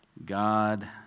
God